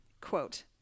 quote